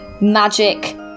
magic